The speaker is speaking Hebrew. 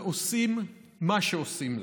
ועושים מה שעושים לה,